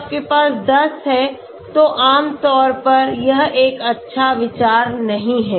अगर आपके पास 10 है तो आमतौर पर यह एक अच्छा विचार नहीं है